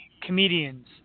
comedians